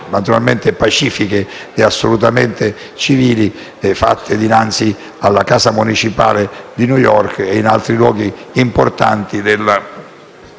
naturalmente pacifiche e assolutamente civili, dinanzi alla Casa municipale di New York e in altri luoghi importanti degli